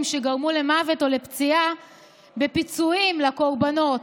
שגרמו למוות או לפציעה בפיצויים לקורבנות,